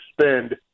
spend